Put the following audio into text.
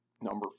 Number